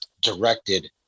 directed